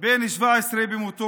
בן 17 במותו,